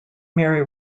mary